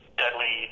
deadly